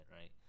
right